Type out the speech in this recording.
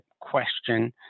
question